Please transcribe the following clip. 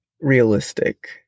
realistic